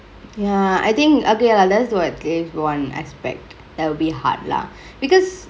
ya I think okay lah that's what one aspect that will be hard lah because